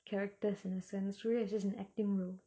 characters in a sense suriya is just an acting role